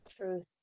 truth